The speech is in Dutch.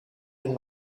een